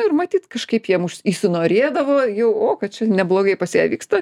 ir matyt kažkaip jiem už įinorėdavo jau o kad čia neblogai pas ją vyksta